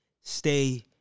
stay